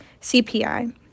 CPI